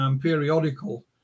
periodical